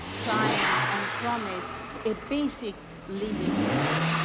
try and and promise a basic living wage.